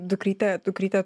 dukryte dukryte